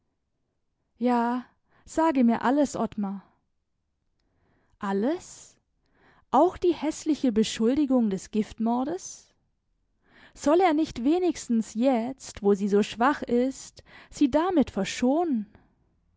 ja sage mir alles ottmar alles auch die häßliche beschuldigung des giftmordes soll er nicht wenigstens letzt wo sie so schwach ist sie damit verschonen